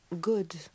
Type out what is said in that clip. Good